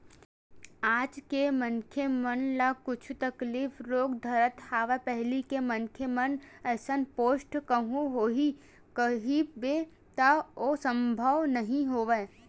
आज के मनखे मन ल कुछु तकलीफ रोग धरत हवय पहिली के मनखे मन असन पोठ कहूँ होही कहिबे त ओ संभव नई होवय